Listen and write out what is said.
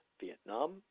Vietnam